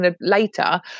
later